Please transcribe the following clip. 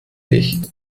licht